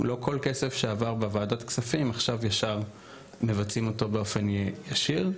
לא כל כסף שעבר בוועדת כספים עכשיו ישר מבצעים אותו באופן ישיר.